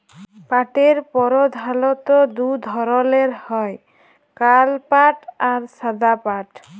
পাটের পরধালত দু ধরলের হ্যয় কাল পাট আর সাদা পাট